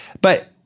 But-